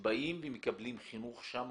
שבאים ומקבלים חינוך שם.